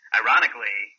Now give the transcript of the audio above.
ironically